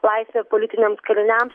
laisvė politiniams kaliniams